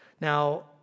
Now